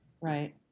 Right